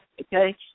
okay